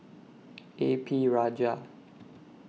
A P Rajah